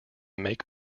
make